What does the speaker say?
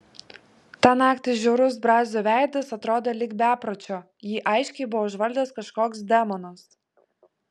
tą naktį žiaurus brazio veidas atrodė lyg bepročio jį aiškiai buvo užvaldęs kažkoks demonas